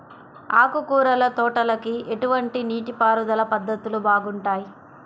ఆకుకూరల తోటలకి ఎటువంటి నీటిపారుదల పద్ధతులు బాగుంటాయ్?